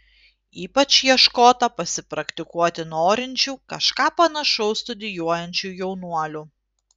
ypač ieškota pasipraktikuoti norinčių kažką panašaus studijuojančių jaunuolių